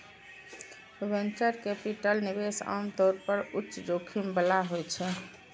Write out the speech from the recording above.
venture capital निवेश आम तौर पर उच्च जोखिम बला होइ छै